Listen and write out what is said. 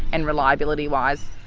and reliability wise.